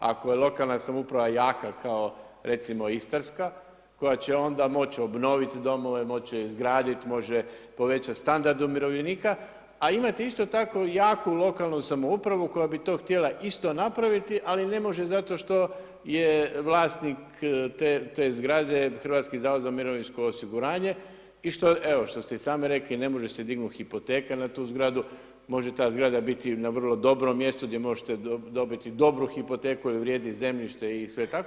Ako je lokalna samouprava jaka kao recimo Istarska koja će onda moći obnoviti domove, moći će izgraditi, može povećati standard umirovljenika, a imate isto tako jaku lokalnu samoupravu koja bi to htjela isto napraviti, ali ne može zato što je vlasnik te zgrade Hrvatski zavod za mirovinsko osiguranje i evo što ste i sami rekli ne može se dignuti hipoteka na tu zgradu, može ta zgrada biti na vrlo dobrom mjestu gdje možete dobiti dobru hipoteku jer vrijedi zemljište i sve tako.